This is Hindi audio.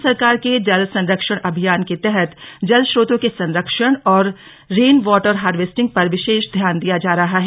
केन्द्र सरकार के जल संरक्षण अभियान के तहत जलस्रोतों के संरक्षण और रेन वॉटर हार्वेस्टिंग पर विशेष ध्यान दिया जा रहा है